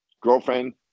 girlfriend